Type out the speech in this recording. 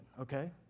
okay